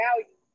value